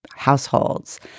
households